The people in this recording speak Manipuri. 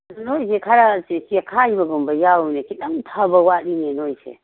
ꯅꯣꯏꯁꯦ ꯈꯔ ꯆꯦꯈꯥꯏꯕꯒꯨꯝꯕ ꯌꯥꯎꯋꯤꯅꯦ ꯈꯤꯇꯪ ꯐꯕ ꯋꯥꯠꯂꯤꯅꯦ ꯅꯣꯏꯁꯦ